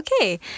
Okay